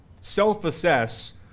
self-assess